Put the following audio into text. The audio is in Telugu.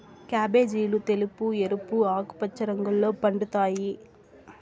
క్యాబేజీలు తెలుపు, ఎరుపు, ఆకుపచ్చ రంగుల్లో పండుతాయి